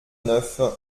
neuf